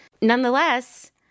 Nonetheless